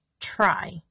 try